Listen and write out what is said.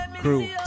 crew